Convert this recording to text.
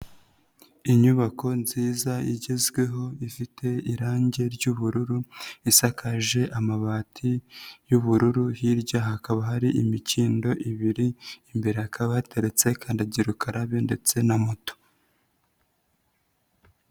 Inyubako nziza igezweho ifite irangi ry'ubururu, isakaje amabati y'ubururu, hirya hakaba hari imikindo ibiri, imbere hakaba hateretse kandagirukarabe ndetse na moto.